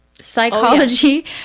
psychology